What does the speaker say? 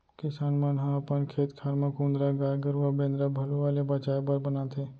किसान मन ह अपन खेत खार म कुंदरा गाय गरूवा बेंदरा भलुवा ले बचाय बर बनाथे